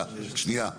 שנייה.